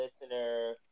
listener